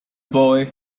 boy